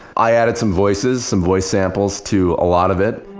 i added some voices, some voice samples to a lot of it.